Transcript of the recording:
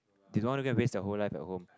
they don't want to get waste their whole life at home